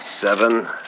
Seven